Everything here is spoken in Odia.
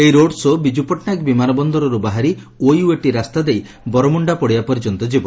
ଏହି ରୋଡ୍ ସୋ ବିଜୁ ପଟ୍ଟନାୟକ ବିମାନ ବନ୍ଦରରୁ ବାହାରି ଓୟୁଏଟି ରାସ୍ତା ଦେଇ ବରମୁଣ୍ଡା ପଡ଼ିଆ ପର୍ଯ୍ୟନ୍ତ ଯିବ